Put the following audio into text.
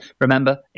Remember